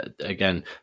again